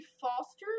fostered